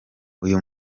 uyu